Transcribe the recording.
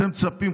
אתם מצפים,